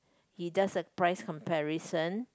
he does a price comparison